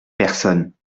personne